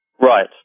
Right